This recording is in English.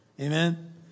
amen